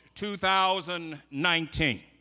2019